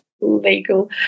legal